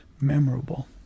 memorable